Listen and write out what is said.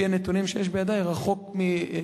את המחסור, ביחס